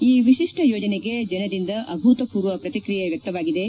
ಈ ವಿಶಿಷ್ಟ ಯೋಜನೆಗೆ ಜನರಿಂದ ಅಭೂತಪೂರ್ವ ಪ್ರತಿಕ್ರಿಯೆ ವ್ಯಕ್ತವಾಗಿದೆ